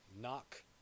Knock